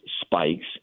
spikes